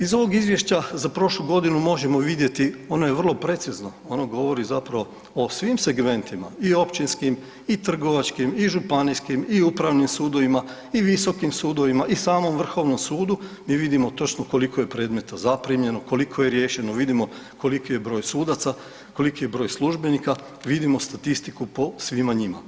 Iz ovog izvješća za prošlu godinu možemo vidjeti, ono je vrlo precizno ono govori zapravo o svim segmentima i općinskim i trgovačkim i županijskim i upravnim sudovima i visokim sudovima i samom Vrhovnom sudu, mi vidimo točno koliko je predmeta zaprimljeno, koliko je riješeno, vidimo koliki je broj sudaca, koliki je broj službenika, vidimo statistiku po svima njima.